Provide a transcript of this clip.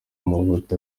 amavuta